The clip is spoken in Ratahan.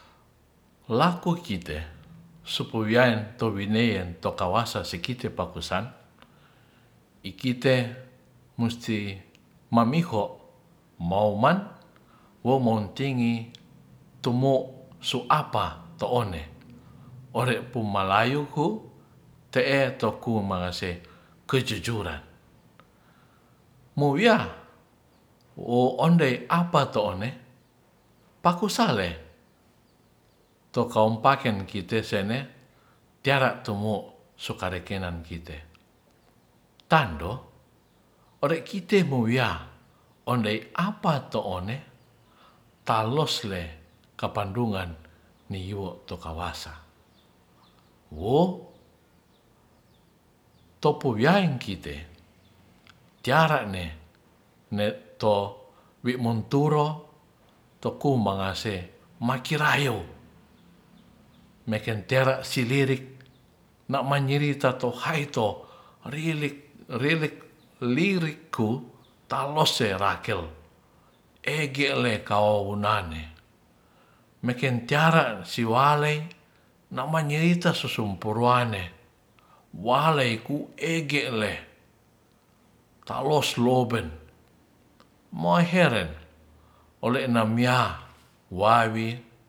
La'ko kite supuwiyayen to winean tokawase sikite pakusan ikite musti ma'miko mao'uman womon tinggi tumo'su'apa to'one ore'pu malayu hu te'e toku malase kejujuran mowiya wo'onde apa'to one pakusale tokaumpaken kitesene tiara to'wo sukare kenan kite tando ore'kite mowia onde apato'one talos le kapandungan niyuwo'tu kawasa wo to'pu yaen kite tia'rane ne'to wimonturo tokumangase makirayo mekentera silirik na'manyirik ta'tohaito rilik lirik ku talos serakel egele kaunane mekentiara siwale nomangenrite susumpurwane wale ku egele kaosloben moi heren ole'nam ya wawi